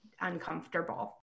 uncomfortable